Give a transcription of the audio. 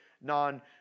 non